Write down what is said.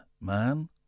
man